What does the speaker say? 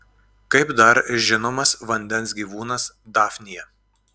kaip dar žinomas vandens gyvūnas dafnija